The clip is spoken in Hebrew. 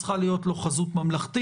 צריכה להיות לו חזות ממלכתית,